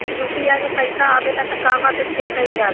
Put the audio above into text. UPI मे पइसा आबेला त कहवा से चेक कईल जाला?